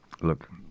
look